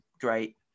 great